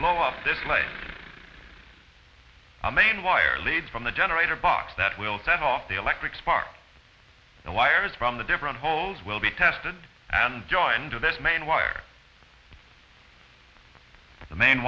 blow off this like a main wire lead from the generator box that will set off the electric spark the wires from the different holes will be tested and joined to this main wire the main